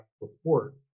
report